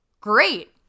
Great